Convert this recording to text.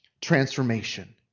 transformation